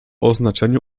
oznaczeniu